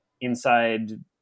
inside